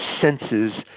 Senses